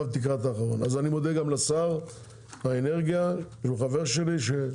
אני מודה גם לשר האנרגיה, שהוא חבר שלי,